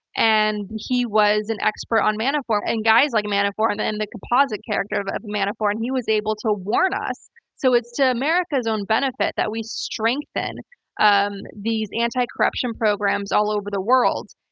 and he was an expert on manafort, and guys like manafort, and and the composite character of of manafort, and he was able to warn us so, it's to america's own benefit that we strengthen um these anti-corruption programs all over the world.